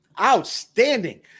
outstanding